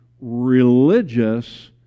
religious